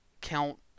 count